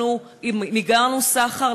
אנחנו מיגרנו סחר,